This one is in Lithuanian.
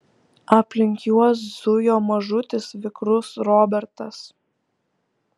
aplink juos zujo mažutis vikrus robertas